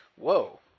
whoa